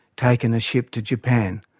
taken a ship to japan.